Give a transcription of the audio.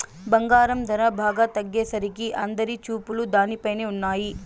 బంగారం ధర బాగా తగ్గేసరికి అందరి చూపులు దానిపైనే ఉన్నయ్యి